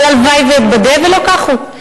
אבל הלוואי שאתבדה ולא כך הוא.